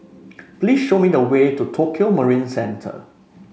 please show me the way to Tokio Marine Centre